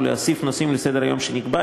או להוסיף נושאים לסדר-היום שנקבע,